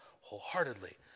wholeheartedly